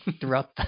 throughout